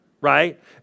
right